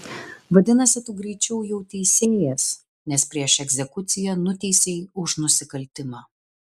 vadinasi tu greičiau jau teisėjas nes prieš egzekuciją nuteisei už nusikaltimą